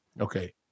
okay